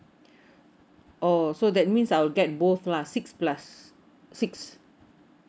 oh so that means I'll get both lah six plus six